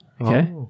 Okay